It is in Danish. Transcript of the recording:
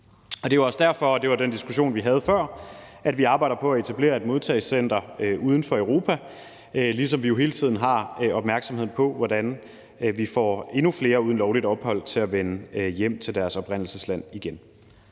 Det er jo også derfor – og det var den diskussion, vi havde før – at vi arbejder på at etablere et modtagecenter uden for Europa, ligesom vi jo hele tiden har opmærksomheden på, hvordan vi får endnu flere uden lovligt ophold til at vende hjem til deres oprindelsesland igen.